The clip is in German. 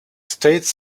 states